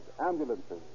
ambulances